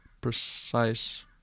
precise